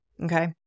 Okay